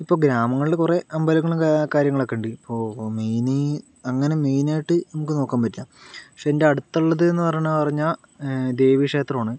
ഇപ്പോൾ ഗ്രാമങ്ങളിൽ കുറേ അമ്പലങ്ങളും കാ കാര്യങ്ങളൊക്കെ ഉണ്ട് ഇപ്പോൾ മെയിൻ അങ്ങനെ മെയിനായിട്ട് നമുക്ക് നോക്കാൻ പറ്റില്ല പക്ഷെ എൻ്റെ അടുത്തുള്ളത് എന്ന് പറയുന്നത് പറഞ്ഞാൽ ദേവി ക്ഷേത്രമാണ്